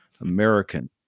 American